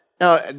Now